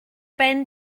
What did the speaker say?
ben